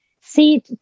see